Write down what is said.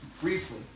Briefly